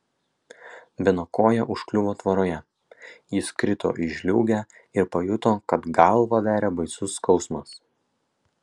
beno koja užkliuvo tvoroje jis krito į žliūgę ir pajuto kad galvą veria baisus skausmas